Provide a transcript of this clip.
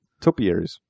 Topiaries